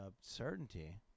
certainty